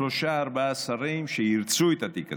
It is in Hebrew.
שלושה, ארבעה שרים שירצו את התיק הזה.